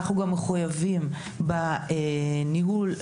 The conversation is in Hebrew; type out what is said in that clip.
אנחנו גם מחויבים בניהול,